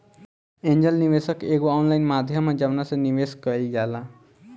angel निवेशक एगो online माध्यम ह जवना से निवेश कईल जाला